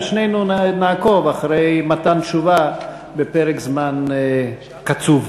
ושנינו נעקוב אחרי מתן תשובה בפרק זמן קצוב.